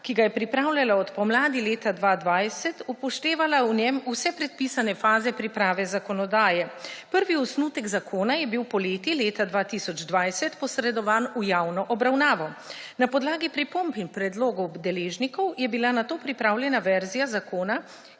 ki ga je pripravljala od pomladi leta 2022, upoštevala vse predpisane faze priprave zakonodaje. Prvi osnutek zakona je bil poleti leta 2020 posredovan v javno obravnavo. Na podlagi pripomb in predlogov deležnikov je bila nato pripravljena verzija zakona,